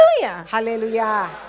Hallelujah